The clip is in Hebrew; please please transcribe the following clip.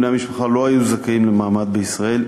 בני המשפחה לא היו זכאים למעמד בישראל.